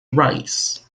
rice